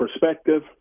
perspective